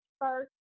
first